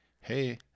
hey